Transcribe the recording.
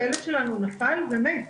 הילד שלנו נפל ומת.